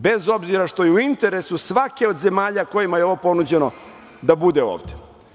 Bez obzira što je u interesu svake od zemalja kojima je ovo ponuđeno, da bude ovde.